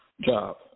Job